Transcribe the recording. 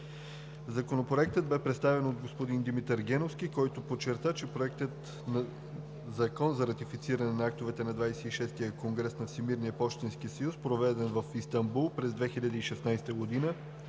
Законопроектът бе представен от господин Димитър Геновски, който подчерта, че Проектът на закон за ратифициране на актовете на XXVI конгрес на Всемирния пощенски съюз, проведен в Истанбул през 2016 г.,